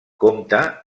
compta